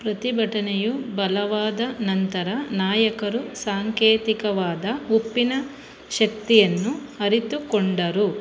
ಪ್ರತಿಭಟನೆಯು ಬಲವಾದ ನಂತರ ನಾಯಕರು ಸಾಂಕೇತಿಕವಾದ ಉಪ್ಪಿನ ಶಕ್ತಿಯನ್ನು ಅರಿತುಕೊಂಡರು